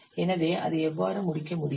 எனவே அதை எவ்வாறு முடிக்க முடியும்